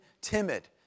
timid